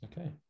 Okay